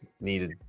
needed